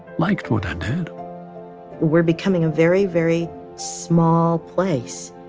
liked what i did we're becoming a very, very small place,